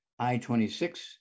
i26